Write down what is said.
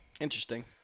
Interesting